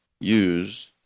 use